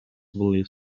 village